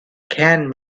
can